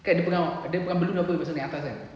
kan dia pegang and then pegang balloon naik atas kan